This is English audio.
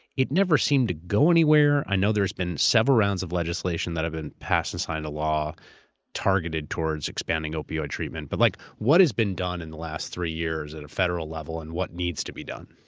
it never seemed to go anywhere. i know there's been several rounds of legislation that have been passed and signed to law targeted towards expanding opioid treatment, but like what has been done in the last three years at a federal level and what needs to be done?